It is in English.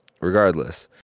regardless